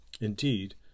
Indeed